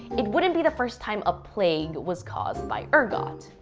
it wouldn't be the first time a plague was caused by ergot.